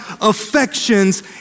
affections